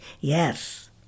yes